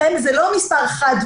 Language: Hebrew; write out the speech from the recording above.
לכן זה לא מספר חד-משמעי.